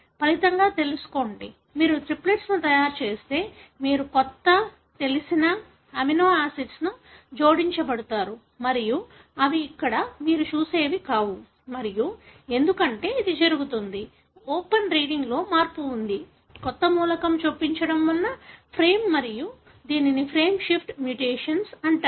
ఫలితంగా తెలుసుకోండి మీరు త్రిప్లెట్స్ ను తయారు చేస్తే మీరు కొత్త తెలిసిన అమినోఆసిడ్స్ ను జోడించబడతారు మరియు అవి ఇక్కడ మీరు చూసేవి కావు మరియు ఎందుకంటే ఇది జరుగుతోంది ఓపెన్ రీడింగ్లో మార్పు ఉంది కొత్త మూలకం చొప్పించడం వలన ఫ్రేమ్ మరియు దీనిని ఫ్రేమ్ షిఫ్ట్ మ్యుటేషన్ అంటారు